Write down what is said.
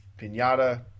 Pinata